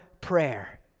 prayer